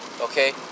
okay